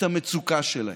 את המצוקה שלהם.